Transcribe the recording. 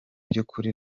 byukuri